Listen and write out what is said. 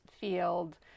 field